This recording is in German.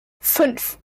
fünf